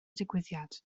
digwyddiad